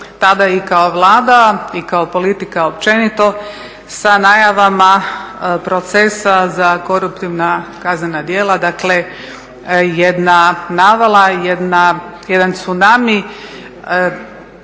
tada i kao Vlada i kao politika općenito sa najavama procesa za koruptivna kaznena djela dakle jedna navala, jedan tsunami,